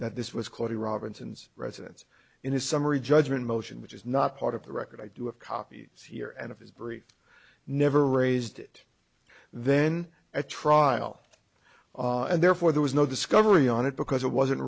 that this was quote a robinson's residence in his summary judgment motion which is not part of the record i do have copies here and of his brief never raised it then at trial and therefore there was no discovery on it because it wasn't